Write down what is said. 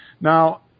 Now